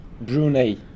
Brunei